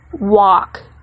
Walk